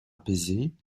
apaisait